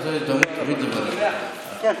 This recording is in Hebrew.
כן.